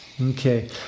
Okay